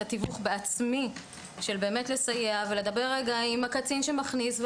התיווך בעצמי של באמת לסייע ולדבר עם הקצין שמכניס.